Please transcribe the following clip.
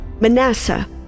Manasseh